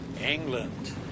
England